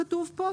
כתוב כאן.